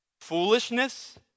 foolishness